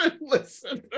listeners